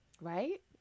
Right